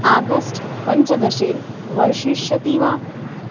August पञ्चदशे वर्षिष्यति वा